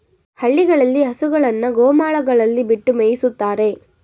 ಹಳ್ಳಿಗಳಲ್ಲಿ ಹಸುಗಳನ್ನು ಗೋಮಾಳಗಳಲ್ಲಿ ಬಿಟ್ಟು ಮೇಯಿಸುತ್ತಾರೆ